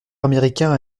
américain